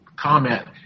comment